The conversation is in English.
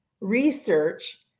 research